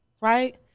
Right